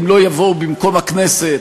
הם לא יבואו במקום הכנסת,